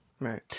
Right